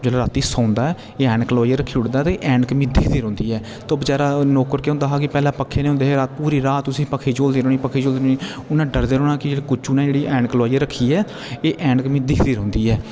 जोह्ले राती सोंदा ऐ ऐनक लोवाइये रखी ओढ़ा दा ऐ ते ऐनक मी दिखदी रोह्न्दी ऐ ते ओह् बेचारा नौकर के होंदा हा पखें नी होंदे हे ते उसी पूरी रात पखी चोलदे रोह्नी चोलदे रोह्नी उन्हे डरदे रौह्ंना कुचु ने जेह्ड़ी ऐनक लोआईये रखी ऐ एह् ऐनक मी दिखदी रौंदी ऐ